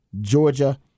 Georgia